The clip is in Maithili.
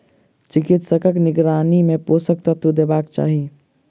चिकित्सकक निगरानी मे पोषक तत्व देबाक चाही